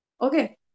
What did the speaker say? okay